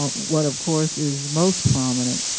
what, of course, is most prominent,